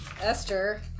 Esther